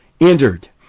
entered